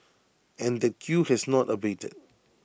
and that queue has not abated